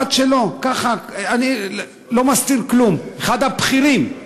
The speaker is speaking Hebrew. משפט שלו, ככה, אני לא מסתיר כלום, אחד הבכירים.